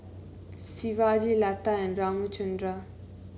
Shivaji Lata and Ramchundra